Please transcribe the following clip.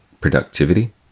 productivity